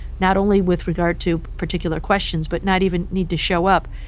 not only with regard to particular questions, but not even need to show up.